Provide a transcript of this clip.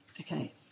Okay